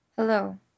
Hello